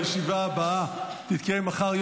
הישיבה הבאה תתקיים מחר,